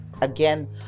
Again